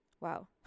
Wow